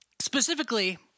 Specifically